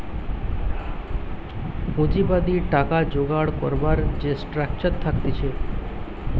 পুঁজিবাদী টাকা জোগাড় করবার যে স্ট্রাকচার থাকতিছে